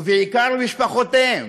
ובעיקר משפחותיהם,